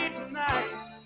tonight